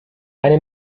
eine